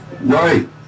Right